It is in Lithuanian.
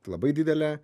labai didelė